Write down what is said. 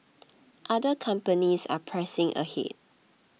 other companies are pressing ahead